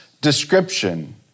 description